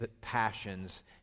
passions